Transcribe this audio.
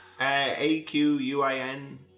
A-Q-U-I-N